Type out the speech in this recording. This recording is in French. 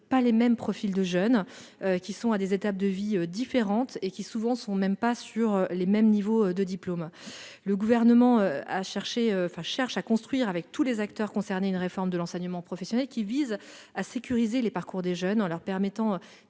pas les mêmes profils de jeunes, qui sont à des étapes différentes de leur vie et n'ont souvent pas le même niveau de diplôme. Le Gouvernement cherche à construire avec tous les acteurs concernés une réforme de l'enseignement professionnel visant à sécuriser les parcours des jeunes, en permettant